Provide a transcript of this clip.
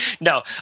no